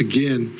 Again